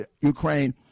Ukraine